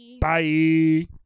Bye